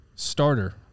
starter